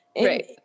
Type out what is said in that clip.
Right